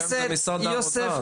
שהיום זה משרד האוצר,